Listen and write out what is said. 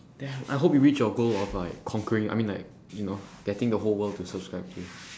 damn ya I hope you reach your goal of like conquering I mean like you know getting the whole world to subscribe to you